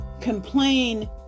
complain